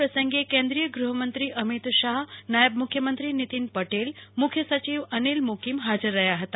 આપ્રસંગે કેન્દ્રીય ગૃહમંત્રી અમિત શાહ નાયબ મુખ્યમંત્રી નીતિન પટેલ મુખ્ય સચિવ અનિલ મુકીમહાજર રહ્યા હતા